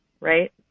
right